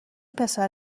پسر